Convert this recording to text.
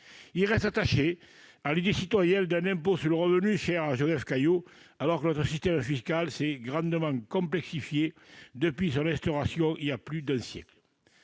Il reste attaché à l'idée citoyenne d'un impôt sur le revenu, chère à Joseph Caillaux, alors que notre système fiscal s'est grandement complexifié depuis son instauration voilà un peu plus d'un siècle.